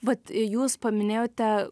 vat jūs paminėjote